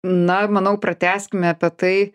na manau pratęskime apie tai